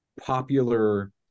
popular